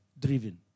Driven